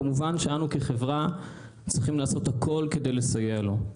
כמובן שאנו כחברה צריכים לעשות הכול כדי לסייע לו.